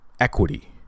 equity